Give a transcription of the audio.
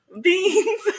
Beans